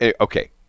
Okay